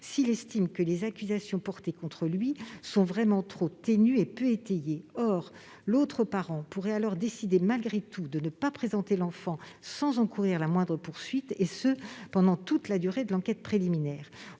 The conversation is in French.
s'il estime que les accusations portées contre lui sont vraiment trop ténues et peu étayées. Or l'autre parent pourrait, malgré tout, décider de ne pas présenter l'enfant sans encourir la moindre poursuite, et ce pendant toute la durée de l'enquête préliminaire.